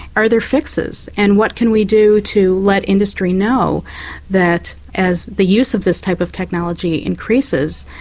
are there fixes, and what can we do to let industry know that as the use of this type of technology increases,